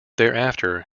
thereafter